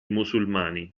musulmani